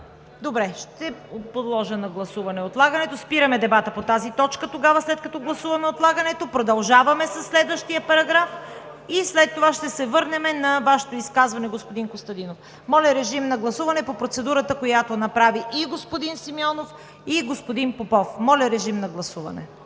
Добре, ще подложа на гласуване отлагането. Спираме дебата по тази точка. След като гласуваме отлагането, продължаваме със следващия параграф и след това ще се върнем на Вашето изказване, господин Костадинов. Гласуваме процедурата, която направиха и господин Симеонов, и господин Попов. Гласували